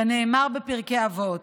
כנאמר בפרקי אבות: